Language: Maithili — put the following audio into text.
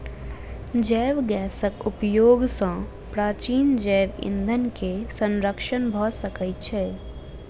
जैव गैसक उपयोग सॅ प्राचीन जैव ईंधन के संरक्षण भ सकै छै